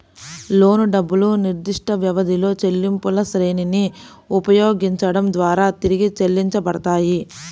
లోను డబ్బులు నిర్దిష్టవ్యవధిలో చెల్లింపులశ్రేణిని ఉపయోగించడం ద్వారా తిరిగి చెల్లించబడతాయి